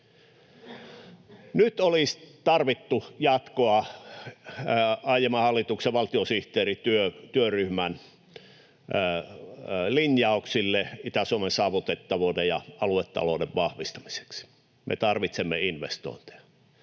Nyt olisi tarvittu jatkoa aiemman hallituksen valtiosihteerityöryhmän linjauksille Itä-Suomen saavutettavuuden ja aluetalouden vahvistamiseksi. Me tarvitsemme investointeja.